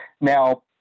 Now